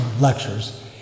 lectures